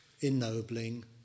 ennobling